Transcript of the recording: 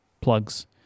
plugs